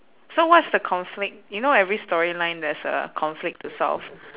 so what's the conflict you know every storyline there's a conflict to solve